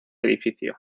edificio